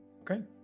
Okay